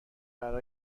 برا